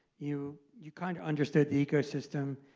you you kind of understood the ecosystem,